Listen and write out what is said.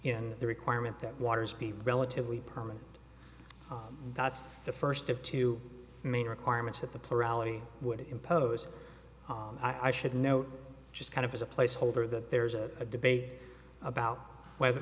in the requirement that waters be relatively permanent that's the first of two main requirements that the plurality would impose i should note just kind of as a placeholder that there's a debate about whether